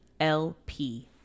lp